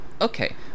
Okay